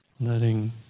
letting